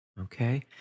okay